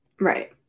right